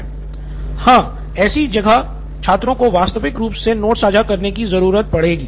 नितिन कुरियन हाँ ऐसी जगह छात्रों को वास्तविक रूप से नोट्स साझा करने की ज़रूरत पड़ेगी